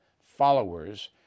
followers